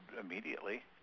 immediately